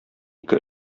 ике